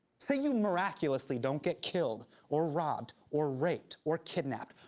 say you miraculously don't get killed or robbed or raped or kidnapped,